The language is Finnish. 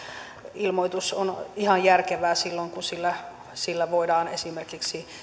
ilmoitus on ihan järkevä silloin kun sillä sillä voidaan esimerkiksi